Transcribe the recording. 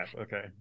Okay